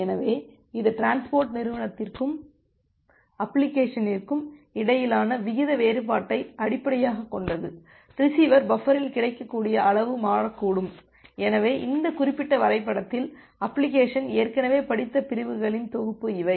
எனவே இது டிரான்ஸ்போர்ட் நிறுவனத்திற்கும் அப்ளிகேஷனிற்கும் இடையிலான விகித வேறுபாட்டை அடிப்படையாகக் கொண்டது ரிசீவர் பஃபரில் கிடைக்கக்கூடிய அளவு மாறக்கூடும் எனவே இந்த குறிப்பிட்ட வரைபடத்தில் அப்ளிகேஷன் ஏற்கனவே படித்த பிரிவுகளின் தொகுப்பு இவை